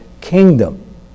kingdom